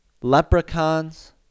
leprechauns